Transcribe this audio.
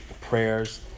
prayers